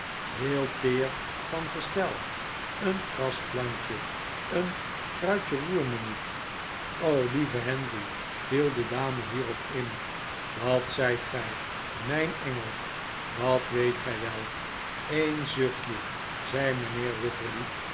heel teer van gestel een kasplantje een kruidje roer me niet lieve henry viel de dame hierop in dat zijt gij mijn engel dat weet gij wel een zuchtje zei mijnheer wititterly